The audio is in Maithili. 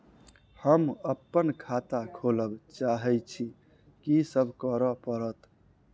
हम अप्पन खाता खोलब चाहै छी की सब करऽ पड़त?